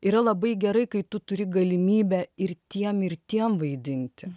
yra labai gerai kai tu turi galimybę ir tiem ir tiem vaidinti